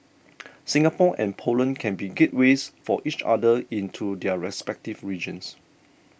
Singapore and Poland can be gateways for each other into their respective regions